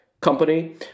company